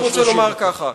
אני רוצה לומר כך,